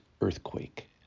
earthquake